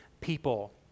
people